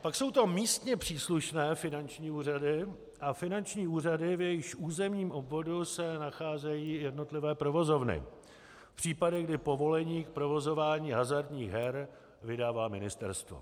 Pak jsou to místně příslušné finanční úřady a finanční úřady, v jejichž územním obvodu se nacházejí jednotlivé provozovny v případech, kdy povolení k provozování hazardních her vydává ministerstvo.